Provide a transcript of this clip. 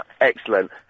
Excellent